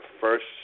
first